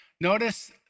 Notice